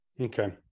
Okay